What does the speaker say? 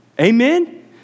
Amen